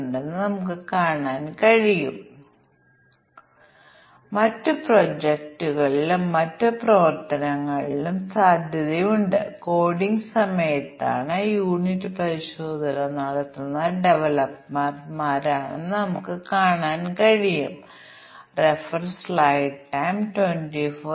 അതിനാൽ ഇവയിൽ 2 വലുത് വലുത് ചെറുത് ചെറുത് സാധാരണ സാധാരണ എന്നിവ ഞാൻ എഴുതിയിട്ടുണ്ട് അതിനുശേഷം ഞങ്ങൾ ഇതര ഛായാചിത്രം landscape portrait landscape portrait landscape എന്നിവ എഴുതി